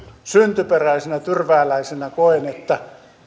syntyperäisenä tyrvääläisenä koen